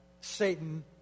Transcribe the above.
Satan